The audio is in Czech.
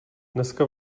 dneska